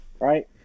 right